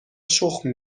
شخم